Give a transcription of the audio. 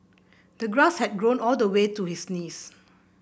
the grass had grown all the way to his knees